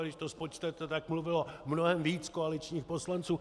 Když to spočtete, tak mluvilo mnohem víc koaličních poslanců.